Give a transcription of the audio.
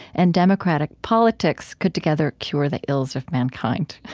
and democratic politics could together cure the ills of mankind.